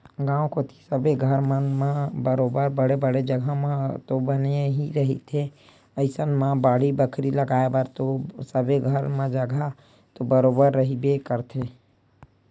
गाँव कोती सबे घर मन ह बरोबर बड़े बड़े जघा म तो बने ही रहिथे अइसन म बाड़ी बखरी लगाय बर तो सबे घर म जघा तो बरोबर रहिबे करथे